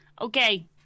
Okay